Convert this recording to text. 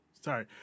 Sorry